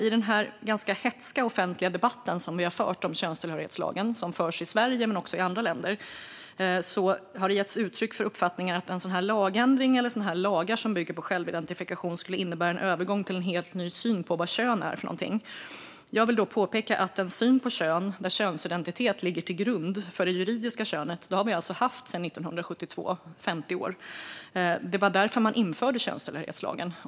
I den ganska hätska offentliga debatt om könstillhörighetslagen som förs i Sverige men också i andra länder har det getts uttryck för uppfattningen att en sådan här lagändring eller lagar som bygger på självidentifikation skulle innebära en övergång till en helt ny syn på vad kön är. Jag vill därför påpeka att vi har haft en syn på kön där könsidentitet ligger till grund för det juridiska könet sedan 1972, alltså i 50 år. Det var därför man införde könstillhörighetslagen.